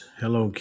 hello